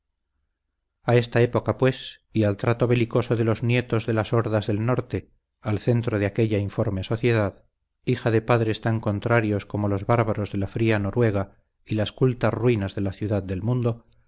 a esta época pues y al trato belicoso de los nietos de las hordas del norte al centro de aquella informe sociedad hija de padres tan contrarios como los bárbaros de la fría noruega y las cultas ruinas de la capital del mundo